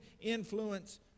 influence